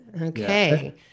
Okay